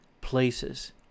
places